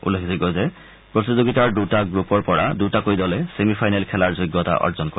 উল্লেখযোগ্য যে প্ৰতিযোগিতাৰ দুটা গ্ৰুপৰ পৰা দুটাকৈ দলে ছেমি ফাইনেল খেলাৰ যোগ্যতা অৰ্জন কৰিব